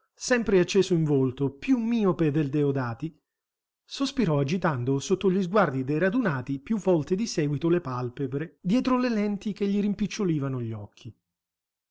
sempre acceso in volto più miope del deodati sospirò agitando sotto gli sguardi dei radunati più volte di seguito le palpebre dietro le lenti che gli rimpicciolivano gli occhi